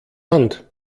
hand